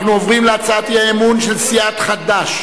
אנחנו עוברים להצעת האי-אמון של סיעת חד"ש,